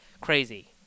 Crazy